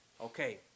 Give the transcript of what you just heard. okay